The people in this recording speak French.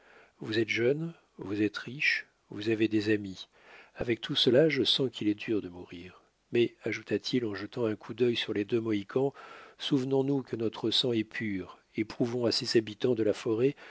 vous êtes jeune vous êtes riche vous avez des amis avec tout cela je sens qu'il est dur de mourir mais ajouta-t-il en jetant un coup d'œil sur les deux mohicans souvenons nous que notre sang est pur et prouvons à ces habitants de la forêt